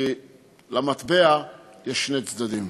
כי למטבע יש שני צדדים.